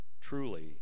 truly